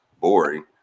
boring